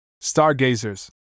Stargazers